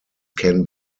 can